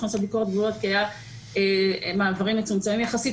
לעשות ביקורת גבולות כי היו מעברים מצומצמים יחסית,